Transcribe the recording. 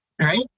Right